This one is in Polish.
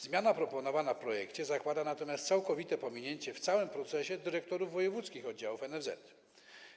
Zmiana proponowana w projekcie zakłada natomiast całkowite pominięcie w całym procesie dyrektorów wojewódzkich oddziałów NFZ.